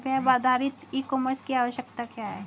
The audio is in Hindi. वेब आधारित ई कॉमर्स की आवश्यकता क्या है?